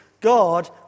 God